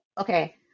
Okay